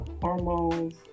hormones